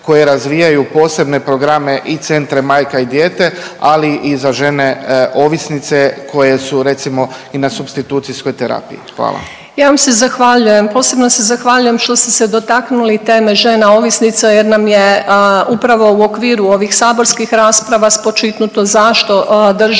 koji razvijaju posebne programe i centre Majka i dijete, ali i za žene ovisnice koje su recimo i na supstitucijskoj terapiji. Hvala. **Ljubičić, Višnja** Ja vam se zahvaljujem. Posebno se zahvaljujem što ste se dotaknuli i teme žena ovisnica jer nam je upravo u okviru ovih saborskih rasprava spočitnuto zašto držimo